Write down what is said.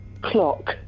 Clock